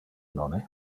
nonne